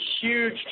huge